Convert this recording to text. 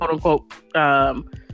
quote-unquote